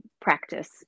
practice